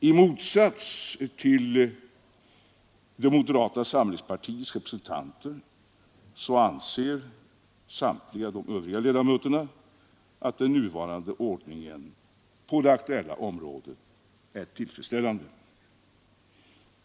I motsats till moderata samlingspartiets representanter anser alla de övriga utskottsledamöterna att den nuvarande ordningen på det aktuella området är tillfredsställande.